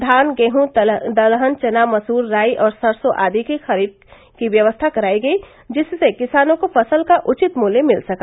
धान गेहूँ दलहन चना मसूर राई और सरसो आदि की खरीद की व्यवस्था करायी गयी जिससे किसानों को फसल का उचित मूल्य मिल सका